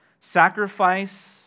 Sacrifice